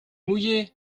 mouillé